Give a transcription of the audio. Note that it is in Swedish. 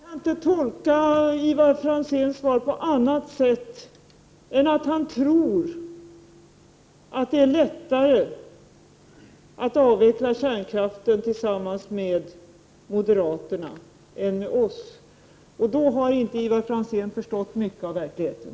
Herr talman! Jag kan inte tolka Ivar Franzéns svar på annat sätt än att han tror att det är lättare att avveckla kärnkraften tillsammans med moderaterna än tillsammans med oss, och då har Ivar Franzén inte förstått mycket av verkligheten.